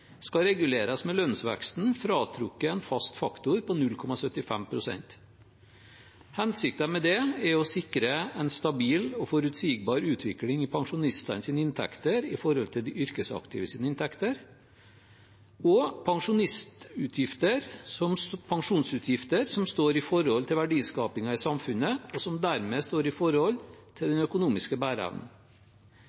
skal reguleres med lønnsveksten fratrukket en fast faktor på 0,75 pst. Hensikten er å sikre en stabil og forutsigbar utvikling i pensjonistenes inntekter i forhold til de yrkesaktives inntekter og pensjonsutgifter som står i forhold til verdiskapingen i samfunnet, og som dermed står i forhold til